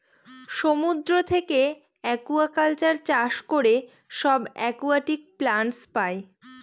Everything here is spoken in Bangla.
সমুদ্র থাকে একুয়াকালচার চাষ করে সব একুয়াটিক প্লান্টস পাই